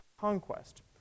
conquest